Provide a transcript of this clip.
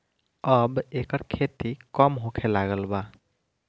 अब एकर खेती कम होखे लागल बा